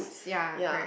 sia correct